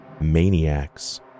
maniacs